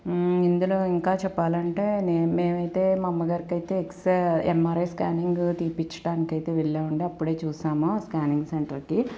ఇందులో ఇంకా చెప్పాలంటే నే మేమైతే మా అమ్మగారికి అయితే ఎక్స్రే ఎంఆర్ఐ స్కానింగ్ తీపిచ్చడానికి అయితే వెళ్ళామండి అప్పుడే చూశాము ఆ స్కానింగ్ సెంటర్కి